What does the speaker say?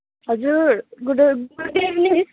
हजुर good good evening